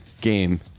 game